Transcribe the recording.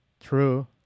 True